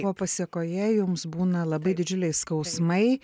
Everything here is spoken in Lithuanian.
ko pasekoje jums būna labai didžiuliai skausmai